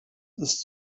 ist